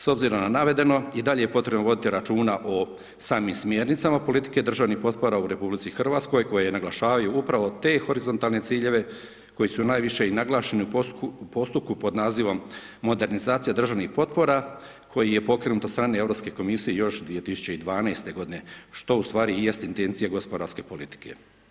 S obzirom na navedeno, i dalje je potrebno voditi računa o samim smjernicama politike državnih potpora u RH koje naglašavaju upravo te horizontalne ciljeve koji su najviše i naglašeni u postupku pod nazivom „modernizacija državnih potpora“, koji je pokrenut od strane Europske komisije još 2012.g., što u stvari i jest intencija gospodarske politike.